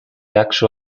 actual